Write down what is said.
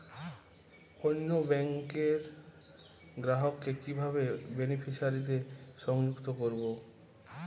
অন্য ব্যাংক র গ্রাহক কে কিভাবে বেনিফিসিয়ারি তে সংযুক্ত করবো?